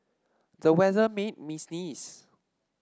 the weather made me sneeze